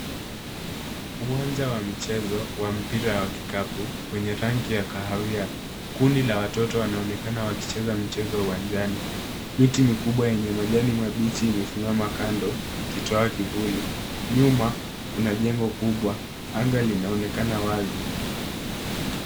Uwanja wa michezo wa mpira wa kikapu wenye rangi ya kahawia kundi la watoto wanaonekana wakicheza michezo uwanjani miti mikubwa yenye majani mabichi imesimama kando ikitoa kivuli nyuma kuna jengo kubwa anga linaonekana wazi.